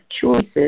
choices